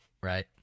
right